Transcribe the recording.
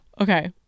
okay